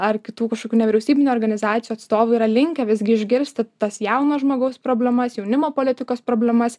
ar kitų kažkokių nevyriausybinių organizacijų atstovai yra linkę visgi išgirsti tas jauno žmogaus problemas jaunimo politikos problemas